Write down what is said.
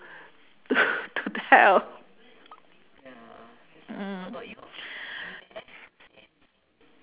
t~ to tell mm